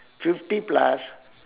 fifty plus